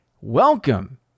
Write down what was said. Welcome